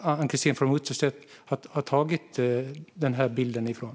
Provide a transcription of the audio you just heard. Ann-Christine From Utterstedt har fått denna bild från.